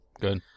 Good